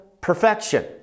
perfection